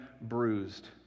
bruised